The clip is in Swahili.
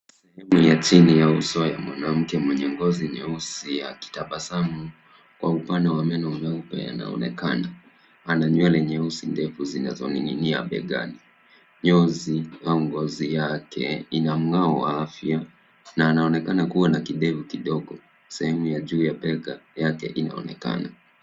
Sehemu ya chini ya uso ya mwanamke mwenye ngozi nyeusi akitabasamu kwa upande wa meno meupe yanaonekana. Ana nywele nyeusi ndefu zinazoning'inia begani. Nyozi au ngozi yake ina mng'ao wa afya na anaonekana kuwa na kidevu kidogo. Sehemu ya juu ya bega yake inaonekana.